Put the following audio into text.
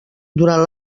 durant